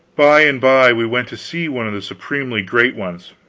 by and by we went to see one of the supremely great ones.